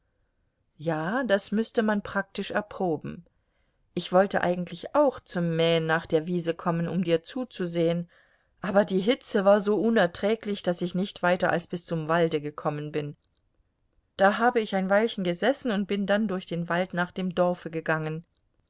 ja das müßte man praktisch erproben ich wollte eigentlich auch zum mähen nach der wiese kommen um dir zuzusehen aber die hitze war so unerträglich daß ich nicht weiter als bis zum walde gekommen bin da habe ich ein weilchen gesessen und bin dann durch den wald nach dem dorfe gegangen